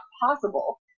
possible